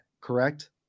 Correct